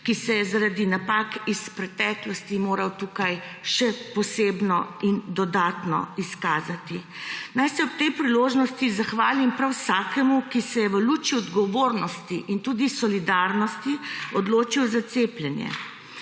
ki se je zaradi napak iz preteklosti moral tukaj še posebno in dodatno izkazati. Naj se ob tej priložnosti zahvalim prav vsakemu, ki se je v luči odgovornosti in tudi solidarnosti odločil za cepljenje.